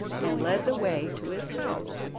and led the way to his house,